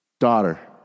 Daughter